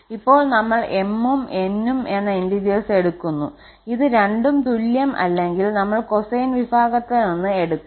ഇപ്പോൾ നമ്മൾ 𝑚 ഉം 𝑛 ഉം എന്ന ഇന്റിജേർസ് എടുക്കുന്നു ഇത് രണ്ടും തുല്യം അല്ലെങ്കിൽ നമ്മൾ കോസൈൻ വിഭാഗത്തിൽ നിന്ന് എടുക്കും